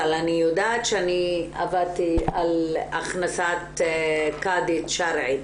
אבל אני יודעת שאני עבדתי על הכנסת קאדית שרעית,